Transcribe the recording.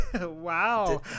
Wow